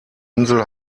insel